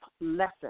lesson